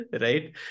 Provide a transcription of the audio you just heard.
right